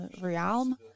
realm